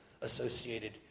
associated